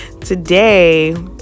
today